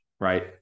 right